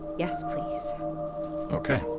yes, please okay.